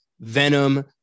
Venom